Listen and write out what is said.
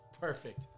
perfect